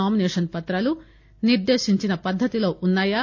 nomination పత్రాలు నిర్గేశించిన పద్గతిలో ఉన్నాయా